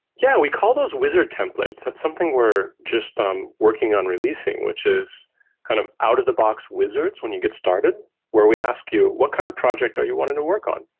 yeah. we call those wizard templates. that's something we're just working on releasing, which is kind of out-of-the-box wizards when you get started where we ask you, what kind of project are you wanting to work on?